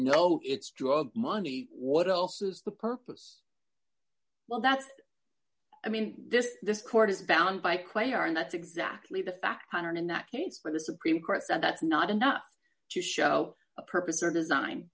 know it's drug money what else is the purpose well that's i mean this this court is bound by quaoar and that's exactly the fact one hundred inactivates by the supreme court said that's not enough to show purpose or design